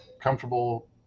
comfortable